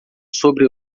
sobre